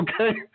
Okay